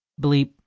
bleep